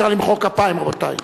אפשר למחוא כפיים, רבותי.